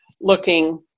looking